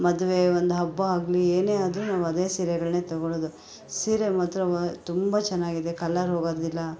ಮದುವೆ ಒಂದು ಹಬ್ಬ ಆಗಲಿ ಏನೇ ಆದರೂ ನಾವು ಅದೇ ಸೀರೆಗಳನ್ನೇ ತೊಗೊಳ್ಳೋದು ಸೀರೆ ಮಾತ್ರ ವಾ ತುಂಬ ಚೆನ್ನಾಗಿದೆ ಕಲರ್ ಹೋಗೋದಿಲ್ಲ